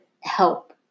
help